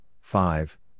five